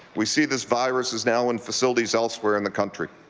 we see this virus is now in facilities elsewhere in the country.